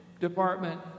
department